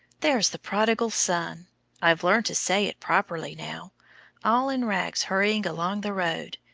there's the prodigal son i've learned to say it properly now all in rags hurrying along the road,